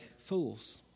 fools